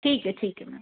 ठीक है ठीक है मैम